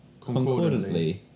concordantly